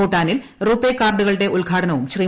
ഭൂട്ടാനിൽ RuPay കാർഡുകളുടെ ഉദ്ഘാടനവും ശ്രീ